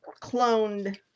cloned